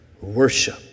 Worship